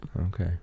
Okay